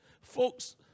Folks